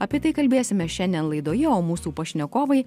apie tai kalbėsime šiandien laidoje o mūsų pašnekovai